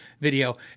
video